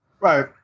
Right